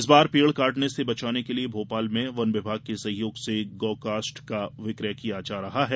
इस बार पेड काटने से बचाने के लिए भोपाल में वन विभाग के सहयोग से गो कास्ठ का विक्रय किया जा रहा है